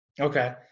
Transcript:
okay